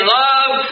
love